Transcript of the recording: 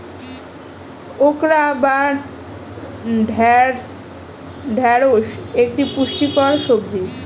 okra বা ঢ্যাঁড়স একটি পুষ্টিকর সবজি